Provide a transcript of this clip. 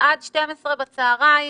עד 12:00 בצהריים